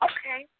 Okay